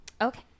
Okay